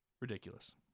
Ridiculous